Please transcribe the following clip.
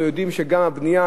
אנחנו יודעים שגם הבנייה,